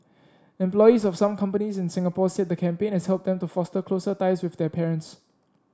employees of some companies in Singapore said the campaign has helped them to foster closer ties with their parents